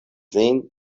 lin